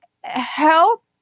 help